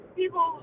people